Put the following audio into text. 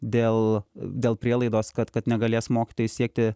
dėl dėl prielaidos kad kad negalės mokytojai siekti